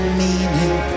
meaning